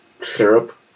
syrup